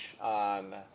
on